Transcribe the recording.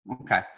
Okay